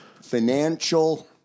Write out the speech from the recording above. Financial